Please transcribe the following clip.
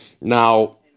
Now